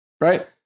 Right